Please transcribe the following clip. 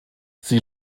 sie